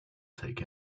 take